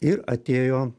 ir atėjo